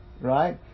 right